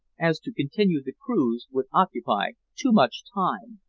as to continue the cruise would occupy too much time.